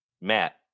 Matt